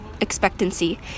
Expectancy